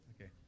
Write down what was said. Okay